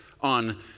on